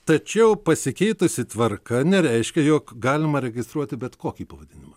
tačiau pasikeitusi tvarka nereiškia jog galima registruoti bet kokį pavadinimą